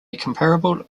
comparable